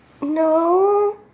No